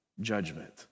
judgment